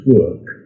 work